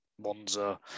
Monza